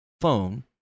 phone